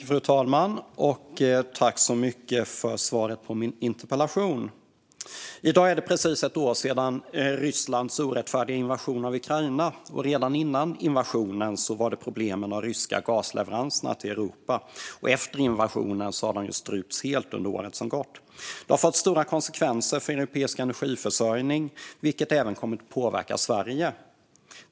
Fru talman! Jag tackar så mycket för svaret på min interpellation. I dag är det precis ett år sedan Rysslands orättfärdiga invasion av Ukraina. Redan före invasionen var det problem med de ryska gasleveranserna till Europa, och under året som gått efter invasionen har de strypts helt. Detta har fått stora konsekvenser för den europeiska energiförsörjningen, vilket även kommit att påverka Sverige.